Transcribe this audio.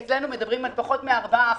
אצלנו מדברים על פחות מ-4%.